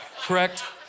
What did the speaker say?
correct